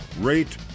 rate